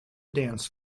dance